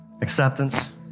acceptance